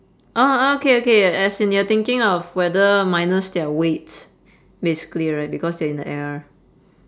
oh oh okay okay as in you're thinking of whether minus their weight basically right because they're in the air